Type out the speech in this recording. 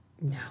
No